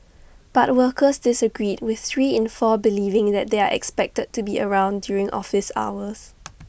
but workers disagreed with three in four believing that they are expected to be around during office hours